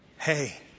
Hey